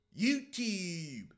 YouTube